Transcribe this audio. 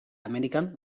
amerikan